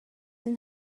این